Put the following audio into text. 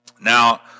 Now